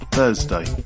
Thursday